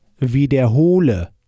wiederhole